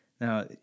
Now